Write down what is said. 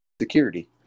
security